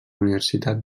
universitat